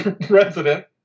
president